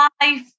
life